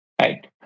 right